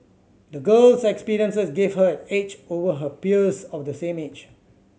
the girl's experiences gave her an edge over her peers of the same age